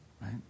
Right